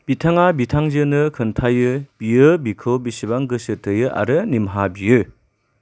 बिथाङा बिथांजोनो खोनथायो बियो बिखौ बेसेबां गोसो थोयो आरो निमाहा बियो